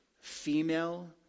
female